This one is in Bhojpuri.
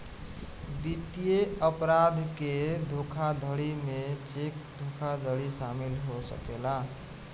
वित्तीय अपराध के धोखाधड़ी में चेक धोखाधड़ शामिल हो सकेला